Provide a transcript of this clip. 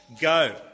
Go